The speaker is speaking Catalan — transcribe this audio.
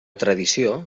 tradició